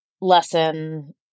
lesson